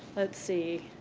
let's see.